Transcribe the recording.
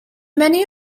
many